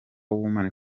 women